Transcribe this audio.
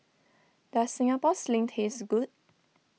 does Singapore Sling taste good